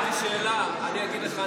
שאלת אותי שאלה, אני אגיד לך.